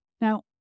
Now